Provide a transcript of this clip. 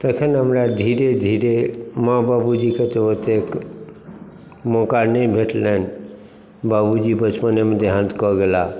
तखन हमरा धीरे धीरे माँ बाबू जी के तऽ ओतेक मौका नहि भेटलनि बाबूजी बचपनेमे देहान्त कऽ गेला